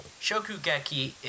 Shokugeki